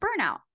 burnout